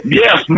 yes